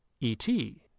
E-T